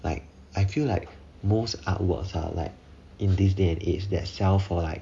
like I feel like most artworks are like in this day and age that sell for like